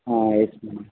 ಹಾಂ yes madam